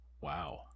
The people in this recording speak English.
Wow